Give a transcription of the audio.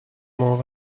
more